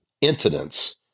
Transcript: incidents